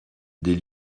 des